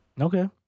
Okay